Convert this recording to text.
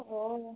ও